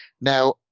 Now